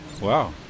Wow